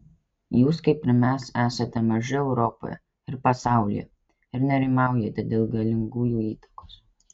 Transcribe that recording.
jūs kaip ir mes esate maži europoje ir pasaulyje ir nerimaujate dėl galingųjų įtakos